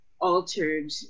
altered